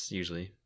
usually